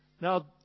Now